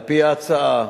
על-פי ההצעה,